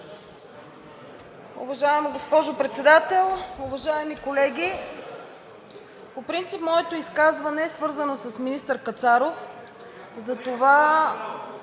Уважаема госпожо Председател, уважаеми колеги! По принцип моето изказване е свързано с министър Кацаров,